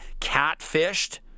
catfished